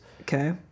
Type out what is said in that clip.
Okay